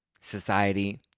society